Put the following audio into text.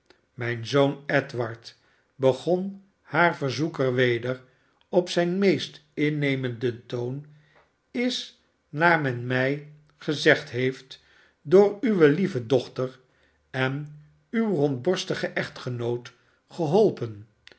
smijn zoon edward begon haar verzoeker weder op zijn meest innemenden toon lis naar men mij gezegd heeft door uwe lieve dochter en uw rondborstigen echtgenoot geholpen